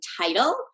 title